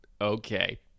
okay